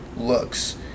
looks